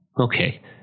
Okay